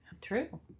True